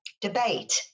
debate